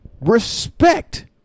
Respect